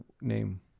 name